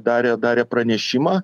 darė darė pranešimą